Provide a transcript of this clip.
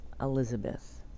Elizabeth